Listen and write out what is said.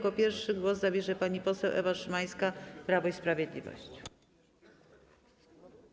Jako pierwsza głos zabierze pani poseł Ewa Szymańska, Prawo i Sprawiedliwość.